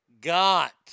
got